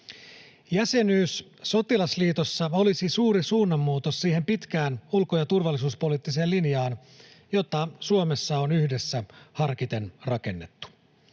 Jäsenyys sotilasliitossa olisi suuri suunnanmuutos siihen pitkään ulko- ja turvallisuuspoliittiseen linjaan, jota Suomessa on yhdessä harkiten rakennettu.